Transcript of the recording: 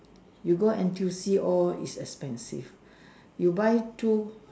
you go N_T_U_C all is expensive you buy two